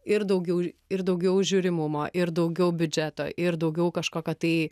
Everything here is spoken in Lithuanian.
ir daugiau ir daugiau žiūrimumo ir daugiau biudžeto ir daugiau kažkokio tai